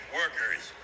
workers